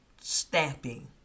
stamping